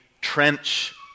trench